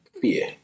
fear